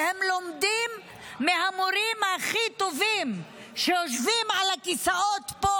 והם לומדים מהמורים הכי טובים שיושבים על הכיסאות פה,